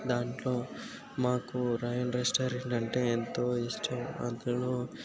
దాంట్లో మాకు royal restaurant అంటే ఎంతో ఇష్టం అందులో